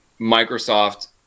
Microsoft